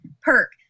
Perk